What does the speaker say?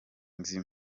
izi